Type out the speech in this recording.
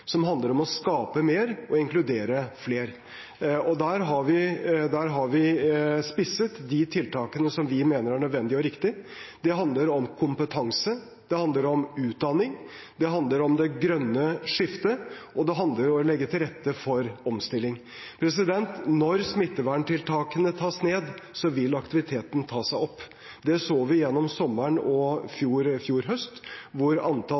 som handler om å skape mer og inkludere flere. Der har vi spisset de tiltakene som vi mener er nødvendige og riktige. Det handler om kompetanse. Det handler om utdanning. Det handler om det grønne skiftet. Og det handler om å legge til rette for omstilling. Når smitteverntiltakene tas ned, vil aktiviteten ta seg opp. Det så vi gjennom sommeren og i fjor høst, da antall